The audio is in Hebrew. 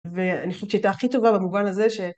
ואני חושבת שהיא הייתה הכי טובה במובן הזה.